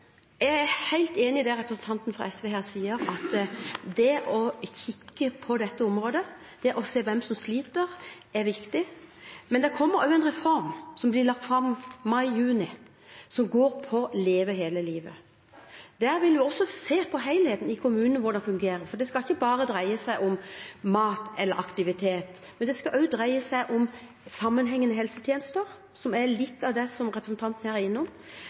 Jeg er helt enig i det representanten fra SV her sier, at det å kikke på dette området, det å se hvem som sliter, er viktig. Men det kommer også en reform, som blir lagt fram i mai/juni, som heter «Leve hele livet». Der vil vi se på helheten i hvordan det fungerer i kommunene, for det skal ikke bare dreie seg om mat eller aktivitet, det skal også dreie seg om sammenhengende helsetjenester, som er litt av det representanten her er innom.